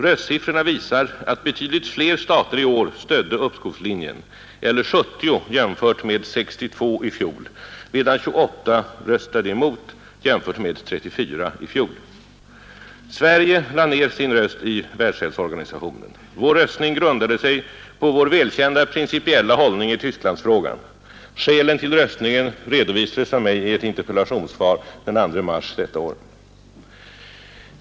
Röstsiffrorna visar att betydligt fler stater i år stödde uppskovslinjen, eller 70 jämfört med 62 i fjol, medan 28 röstade mot jämfört med 34 i fjol. Sverige lade ner sin röst i WHO. Vår röstning grundade sig på vår välkända principiella hållning i Tysklandsfrågan. Skälen till röstningen redovisades av mig i ett interpellationssvar den 2 mars i år.